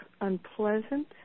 unpleasant